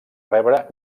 rebre